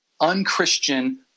unchristian